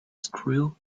screw